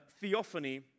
theophany